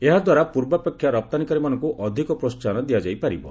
ଏହାଦ୍ୱାରା ପୂର୍ବାପେକ୍ଷା ରପ୍ତାନୀକାରୀମାନଙ୍କୁ ଅଧିକ ପ୍ରୋହାହନ ଦିଆଯାଇପାରିବ